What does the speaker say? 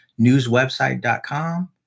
newswebsite.com